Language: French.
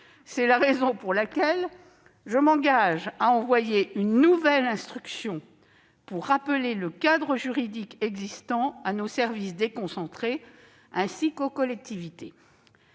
C'est la raison pour laquelle je m'engage à envoyer une nouvelle instruction pour rappeler le cadre juridique existant à nos services déconcentrés, ainsi qu'aux collectivités.